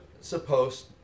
supposed